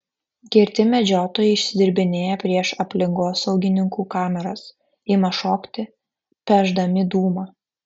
girti medžiotojai išsidirbinėja prieš aplinkosaugininkų kameras ima šokti pešdami dūmą